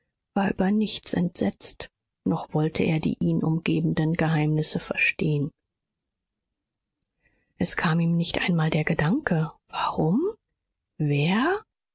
war über nichts entsetzt noch wollte er die ihn umgebenden geheimnisse verstehen es kam ihm nicht einmal der gedanke warum wer